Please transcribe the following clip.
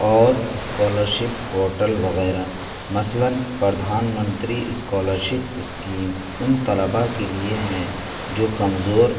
اور scholarship portal وغیرہ مثلاً پردھان منتری اسکالرشپ اسکیم ان طلبا کے لیے ہے جو کمزور